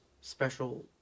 special